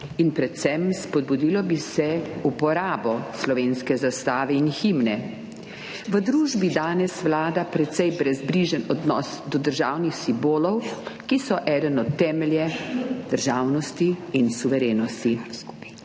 pa bi se spodbudilo uporabo slovenske zastave in himne. V družbi danes vlada precej brezbrižen odnos do državnih simbolov, ki so eden od temeljev državnosti in suverenosti.